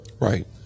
Right